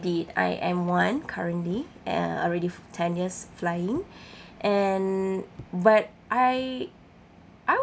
be I am one currently uh already ten years flying and but I I